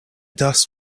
dust